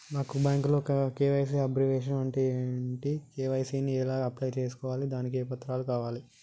నాకు బ్యాంకులో KYC abbreviation అంటే ఏంటి కే.వై.సీ ని ఎలా అప్లై చేసుకోవాలి దానికి ఏ పత్రాలు కావాలి?